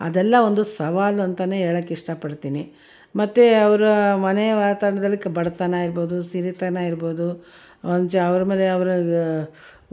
ಅದೆಲ್ಲ ಒಂದು ಸವಾಲು ಅಂತಲೇ ಹೇಳೋಕೆ ಇಷ್ಟ ಪಡ್ತೀನಿ ಮತ್ತು ಅವರ ಮನೆ ವಾತಾವರಣದಲ್ಲಿ ಕ್ ಬಡತನ ಇರ್ಬೋದು ಸಿರಿತನ ಇರ್ಬೋದು ಒನ್ಚ್ ಅವ್ರ ಮೇಲೆ ಅವ್ರ್ಗೆ